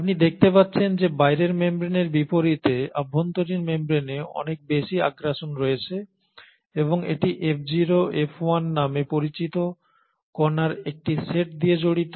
আপনি দেখতে পাচ্ছেন যে বাইরের মেমব্রেনের বিপরীতে অভ্যন্তরীণ মেমব্রেনে অনেক বেশি আগ্রাসন রয়েছে এবং এটি F0 F1 নামে পরিচিত কণার একটি সেট দিয়ে জড়িত